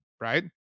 Right